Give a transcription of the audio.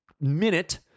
minute